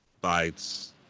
bites